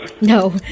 No